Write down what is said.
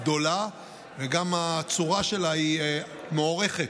גדולה וגם הצורה שלה מוארכת,